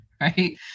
Right